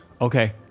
Okay